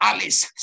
Alice